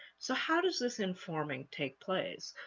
so how does this informing take place?